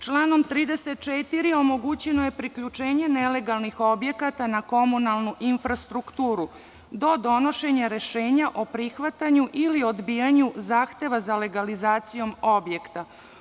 Članom 34. omogućeno je priključenje nelegalnih objekata na komunalnu infrastrukturu, do donošenja rešenja o prihvatanju ili odbijanju zahteva za legalizacijom objekta.